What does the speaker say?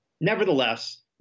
Nevertheless